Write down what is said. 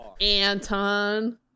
Anton